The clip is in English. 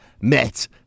met